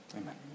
Amen